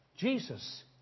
Jesus